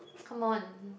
come on